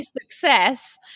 success